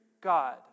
God